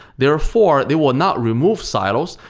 therefore, they will not remove siloes.